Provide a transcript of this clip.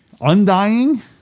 Undying